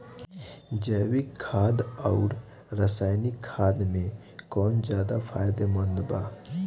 जैविक खाद आउर रसायनिक खाद मे कौन ज्यादा फायदेमंद बा?